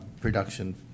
production